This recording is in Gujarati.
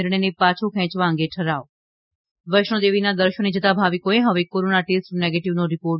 નિર્ણયને પાછો ખેંચવા અંગે ઠરાવ વૈષ્ણો દેવીનાં દર્શને જતા ભાવિકોએ હવે કોરોના ટેસ્ટ નેગેટિવનો રિપોર્ટ